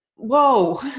whoa